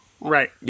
Right